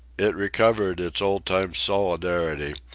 it recovered its old-time solidarity,